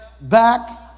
back